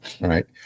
right